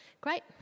Great